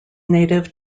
native